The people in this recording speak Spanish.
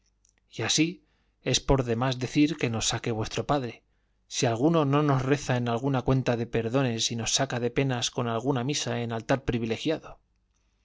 y así es por demás decir que nos saque vuestro padre si alguno no nos reza en alguna cuenta de perdones y nos saca de penas con alguna misa en altar previlegiado